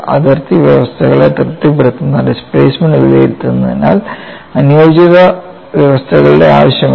അതിർത്തി വ്യവസ്ഥകളെ തൃപ്തിപ്പെടുത്തുന്ന ഡിസ്പ്ലേസ്മെൻറ് വിലയിരുത്തുന്നതിനാൽ അനുയോജ്യത വ്യവസ്ഥകളുടെ ആവശ്യമില്ല